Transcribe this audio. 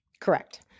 Correct